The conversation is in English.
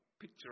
picture